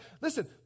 listen